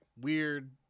weird